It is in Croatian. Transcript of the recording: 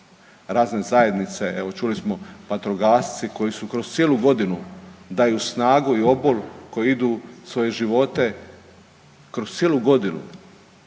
razne zajednice evo čuli smo vatrogasci koji su kroz cijelu godinu daju snagu i obol koji idu svoje živote kroz cijelu godinu